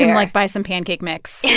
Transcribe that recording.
like, buy some pancake mix. yeah